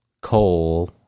coal